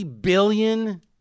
billion